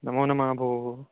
नमो नमः भोः